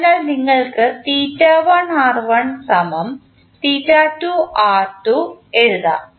അതിനാൽ നിങ്ങൾക്ക് എഴുതാം